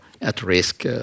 at-risk